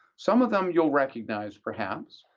some of them you'll recognize, perhaps.